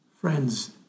Friends